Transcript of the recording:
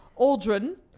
Aldrin